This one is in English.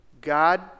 God